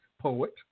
poet